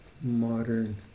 modern